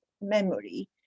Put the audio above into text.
memory